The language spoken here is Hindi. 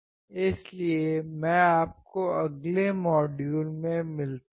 इसलिए मैं आपको अगले मॉड्यूल में मिलता हूं